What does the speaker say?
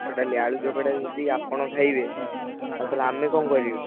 ଭାତ ଡାଲି ଆଳୁ ଚକଟା ଯଦି ଆପଣ ଖାଇବେ ଆଉ ତାହାଲେ ଆମେ କ'ଣ କରିବୁ